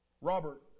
Robert